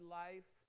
life